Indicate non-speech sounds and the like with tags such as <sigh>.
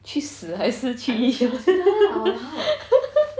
去死还是去 <laughs>